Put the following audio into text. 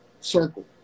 circle